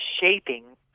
shaping